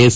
S